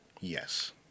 Yes